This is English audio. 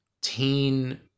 teen